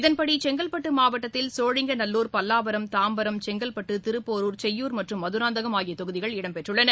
இதன்படி செங்கல்பட்டு மாவட்டத்தில் சோழிங்கநல்லூர் பல்லாவரம் தாம்பரம் செங்கல்பட்டு திருப்போருர் செய்யூர் மற்றும் மதராந்தகம் ஆகிய தொகுதிகள் இடம்பெற்றுள்ளன